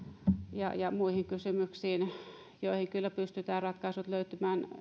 ja ja muihin kysymyksiin joihin kyllä pystytään ratkaisut löytämään